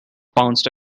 pounced